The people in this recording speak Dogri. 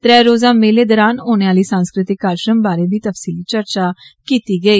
त्रै रोजा मेले दौरान होने आहले सांस्कृतिक कारजक्रमें बारै बी तफसीली चर्चा कीत्ती गेई